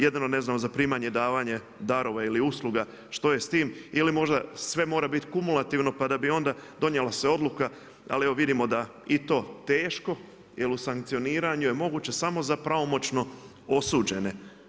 Jedino ne znamo za primanje, davanje darova ili usluga, što je s tim ili možda sve mora biti kumulativno pa da bi onda donijela se odluka, ali evo vidimo da i to teško jel u sankcioniranju je moguće samo za pravomoćno osuđene.